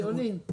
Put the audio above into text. אוקיי, הגיוני.